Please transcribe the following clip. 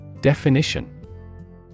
Definition